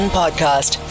podcast